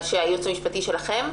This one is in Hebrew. הייעוץ המשפטי שלכם?